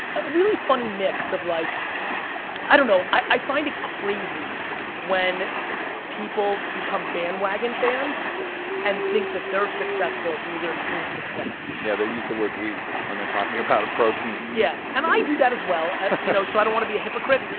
a really funny mix of, like i don't know. i find it crazy when people become bandwagon fans and think that they're successful through their team's success. yeah, they use the word we when they're talking about a pro team. yeah, and i do that as well. so so i don't wanna be a hypocrite.